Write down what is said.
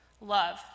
Love